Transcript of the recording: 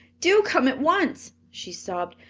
do come at once! she sobbed.